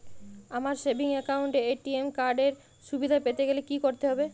আমার savings account এ ATM card এর সুবিধা পেতে গেলে কি করতে হবে?